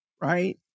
right